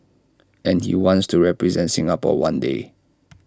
and he wants to represent Singapore one day